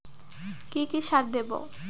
কি কি সার দেবো?